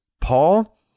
Paul